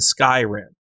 skyrim